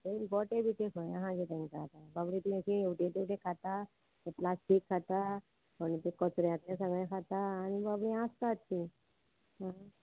गोटे बीटे ते खंय आहा कितें तांकां बाबरे तुवटे तेवटे खाता प्लास्टीक खाता कोण ते कचऱ्याचे सगळें खाता आनी बाबडी आसतात ती आं